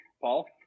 Paul